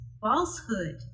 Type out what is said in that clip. falsehood